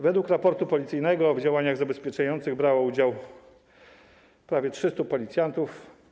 Według raportu policyjnego w działaniach zabezpieczających brało udział prawie 300 policjantów.